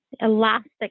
elastic